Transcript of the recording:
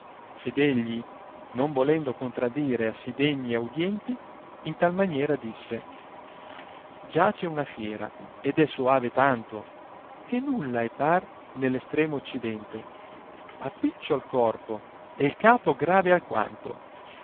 ed egli non volendo contradire a sì degni audienti in tal maniera disse giace una fiora ed è soave tanto che nulla è par ne l'estremo occidente ha picciol corpo e il capo grave alquanto